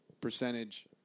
percentage